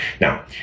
Now